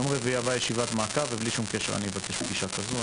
ביום רביעי הבא יש ישיבת מעקב ובלי שום קשר אני אבקש פגישה כזו.